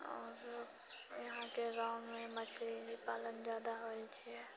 आओर यहाँके गाँवमे मछली वछली पालन जादा होइत छिऐ